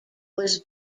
was